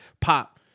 pop